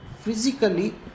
physically